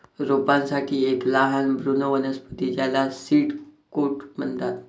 रोपांसाठी एक लहान भ्रूण वनस्पती ज्याला सीड कोट म्हणतात